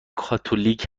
کاتولیک